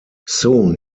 soon